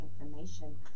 information